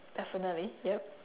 definitely yup